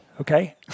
Okay